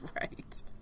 Right